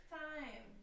time